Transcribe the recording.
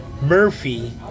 Murphy